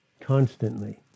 Constantly